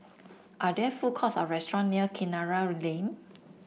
are there food courts or restaurant near Kinara Lane